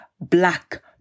black